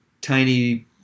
tiny